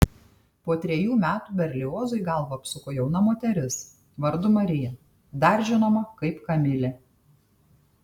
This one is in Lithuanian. po trejų metų berliozui galvą apsuko jauna moteris vardu marija dar žinoma kaip kamilė